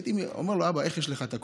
הייתי אומר לו: אבא, איך יש לך את הכוחות?